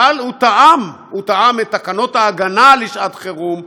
אבל הוא תאם את תקנות ההגנה לשעת-חירום,